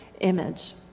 image